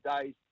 days